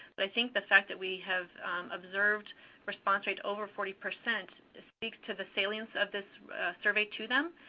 but i think the fact that we have observed response rates over forty percent speaks to the salience of this survey to them.